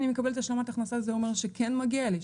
אן אני מקבלת השלמת הכנסה זה אומר שכן מגיע לי,